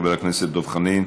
חבר הכנסת דב חנין.